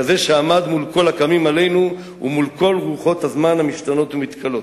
כזה שעמד מול כל הקמים עלינו ומול כל רוחות הזמן המשתנות ומתכלות.